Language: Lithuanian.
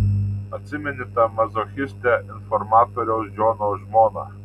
atsimeni tą mazochistę informatoriaus džono žmoną